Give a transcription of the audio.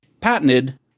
patented